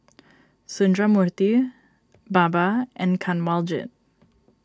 Sundramoorthy Baba and Kanwaljit